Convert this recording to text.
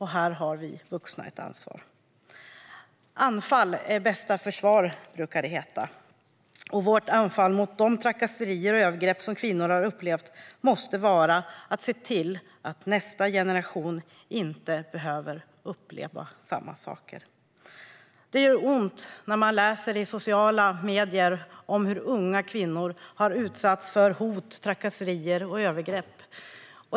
Här har vi vuxna ett ansvar. Anfall är bästa försvar, brukar det heta. Vårt anfall mot de trakasserier och övergrepp som kvinnor har upplevt måste vara att se till att nästa generation inte behöver uppleva samma saker. Det gör ont när man läser i sociala medier om hur unga kvinnor har utsatts för hot, trakasserier och övergrepp.